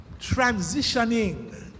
transitioning